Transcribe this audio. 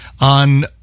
on